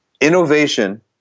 Innovation